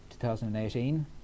2018